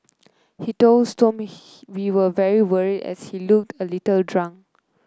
he told Stomp we were very worried as he looked a little drunk